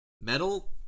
metal